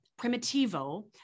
Primitivo